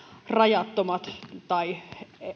rajattomat tai